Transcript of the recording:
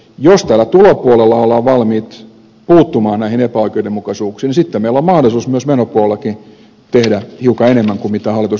jos täällä tulopuolella ollaan valmiit puuttumaan näihin epäoikeudenmukaisuuksiin sitten meillä on mahdollisuus myös menopuolella tehdä hiukan enemmän kuin hallitus nyt esittää